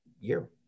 year